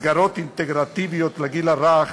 מסגרות אינטגרטיביות לגיל הרך